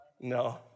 No